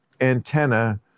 antenna